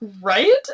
right